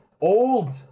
old